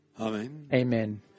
Amen